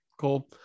cool